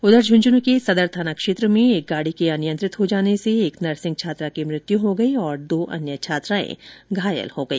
उधर झुन्झुनू के सदर थाना क्षेत्र में एक गाड़ी के अनियंत्रित हो जाने से एक नर्सिग छात्रा की मृत्यु हो गई जबकि दो अन्य छात्राएं घायल हो गई